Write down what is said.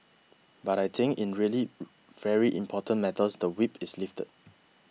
but I think in really very important matters the whip is lifted